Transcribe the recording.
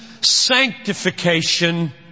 sanctification